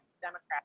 Democrats